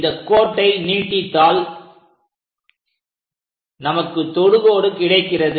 இந்த கோட்டை நீடித்தால் நமக்கு தொடுகோடு கிடைக்கிறது